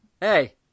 Hey